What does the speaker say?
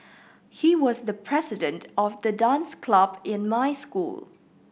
he was the president of the dance club in my school